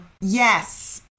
Yes